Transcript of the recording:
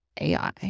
AI